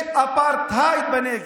יש אפרטהייד בנגב.